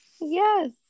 Yes